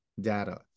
data